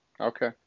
Okay